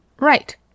Right